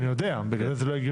אני יודע, בגלל זה זה לא הגיוני.